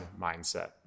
mindset